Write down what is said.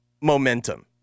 momentum